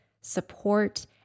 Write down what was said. support